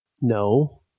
No